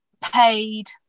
paid